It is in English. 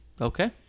Okay